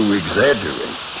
exaggerate